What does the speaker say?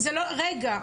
רגע,